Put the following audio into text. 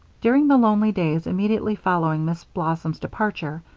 during the lonely days immediately following miss blossom's departure,